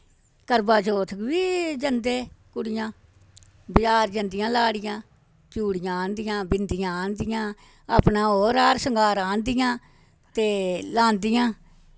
करवा चौथ बी जंदू कुड़ियां बज़ार जंदियां लाड़ियां चूड़ियां आह्नदियां बिंदियां आह्नदियां अपना होर हार शंगार आह्नदियां ते लांदियां